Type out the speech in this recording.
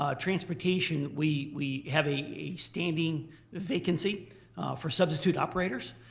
ah transportation, we we have a a standing vacancy for substitute operators.